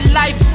life